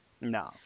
No